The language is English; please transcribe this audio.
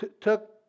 took